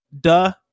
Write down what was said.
duh